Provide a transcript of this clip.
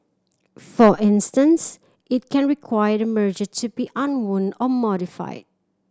for instance it can require the merger to be unwound or modified